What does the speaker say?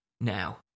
now